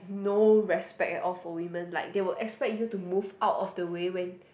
no respect at all for women like they will expect you to move out of the way when